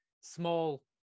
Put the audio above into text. small